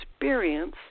experience